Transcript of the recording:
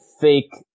fake